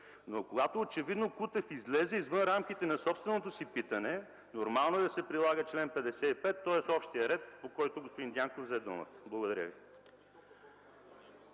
но когато Кутев очевидно излезе извън рамките на собственото си питане, нормално е да се прилага чл. 55 – тоест общият ред, по който господин Дянков взе думата.